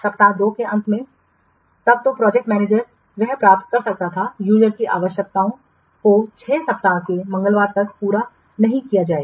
सप्ताह 2 के अंत में तब जो प्रोजेक्ट मैनेजर वह प्राप्त कर सकता था यूजर की आवश्यकताओं को 6 सप्ताह के मंगलवार तक पूरा नहीं किया जाएगा